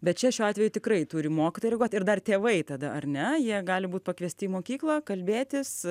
bet čia šiuo atveju tikrai turi mokytojai reaguot ir dar tėvai tada ar ne jie gali būt pakviesti į mokyklą kalbėtis